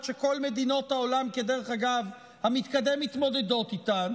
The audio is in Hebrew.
שכל מדינות העולם המתקדם מתמודדות איתה,